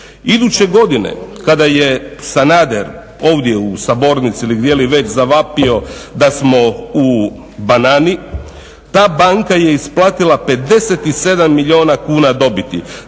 Iduće godine kada je Sanader ovdje u sabornici ili gdje li već zavapio da smo u banani, ta banka je isplatila 57 milijuna kuna dobiti